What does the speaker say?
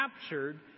captured